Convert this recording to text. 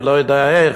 אני לא יודע איך,